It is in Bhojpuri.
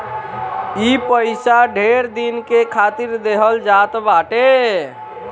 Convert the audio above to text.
ई पइसा ढेर दिन के खातिर देहल जात बाटे